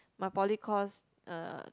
my poly course uh